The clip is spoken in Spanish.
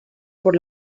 por